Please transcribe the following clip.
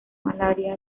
malaria